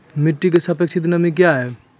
मिटी की सापेक्षिक नमी कया हैं?